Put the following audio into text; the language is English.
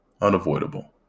unavoidable